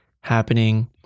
happening